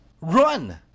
run